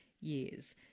years